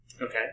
Okay